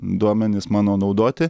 duomenis mano naudoti